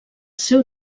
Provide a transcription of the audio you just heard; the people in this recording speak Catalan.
seu